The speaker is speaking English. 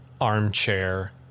armchair